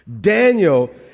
Daniel